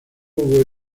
hubo